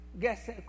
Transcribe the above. guess